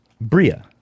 Bria